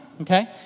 okay